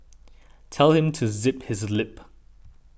tell him to zip his lip